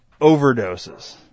overdoses